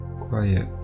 quiet